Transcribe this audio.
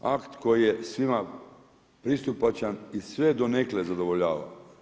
Akt koji je svima pristupačan i sve donekle zadovoljava.